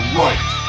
right